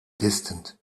distant